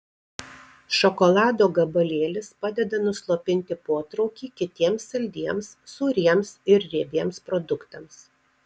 šokolado gabalėlis padeda nuslopinti potraukį kitiems saldiems sūriems ir riebiems produktams